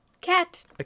Cat